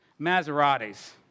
Maseratis